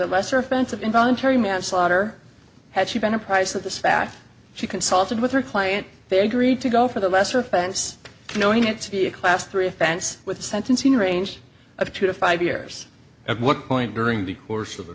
the lesser offense of involuntary manslaughter had she been apprised of this fact she consulted with her client they agreed to go for the lesser offense knowing it to be a class three offense with a sentencing range of two to five years at what point during the course of